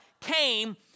came